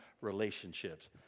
relationships